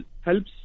helps